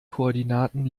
koordinaten